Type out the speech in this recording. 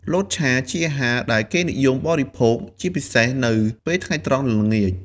លតឆាជាអាហារដែលគេនិយមបរិភោគ ជាពិសេសនៅពេលថ្ងៃត្រង់ និងល្ងាច។